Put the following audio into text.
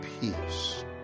peace